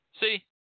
See